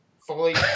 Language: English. fully